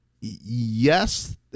yes